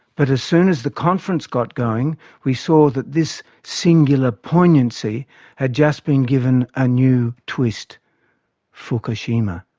but as soon as the conference got going we saw that this singular poignancy had just been given a new twist fukushima.